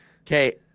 Okay